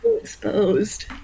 Exposed